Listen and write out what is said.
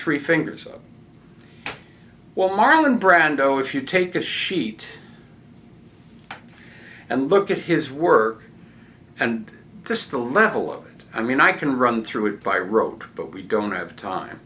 three fingers up well marlon brando if you take a sheet and look at his work and destroy a level of it i mean i can run through it by rote but we don't have t